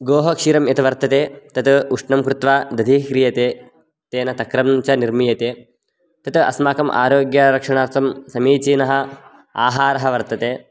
गोहक्षीरं यत् वर्तते तत् उष्णं कृत्वा दधिः क्रियते तेन तक्रं च निर्मीयते तत् अस्माकम् आरोग्यरक्षणार्थं समीचीनः आहारः वर्तते